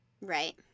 Right